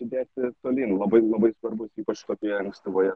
judėti tolyn labai labai svarbus ypač tokioje ankstyvoje